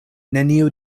neniu